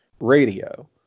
radio